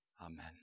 Amen